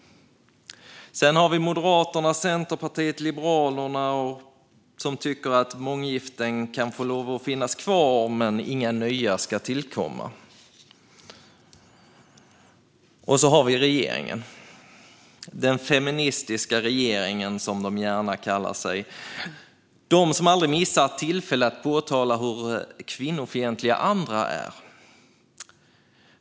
Sedan har vi Moderaterna, Centerpartiet och Liberalerna som tycker att de månggiften som finns kan få finnas kvar, men inga nya ska tillkomma. Och så har vi regeringen, den feministiska regeringen som man gärna kallar sig - regeringen som aldrig missar ett tillfälle att påtala hur kvinnofientliga andra är.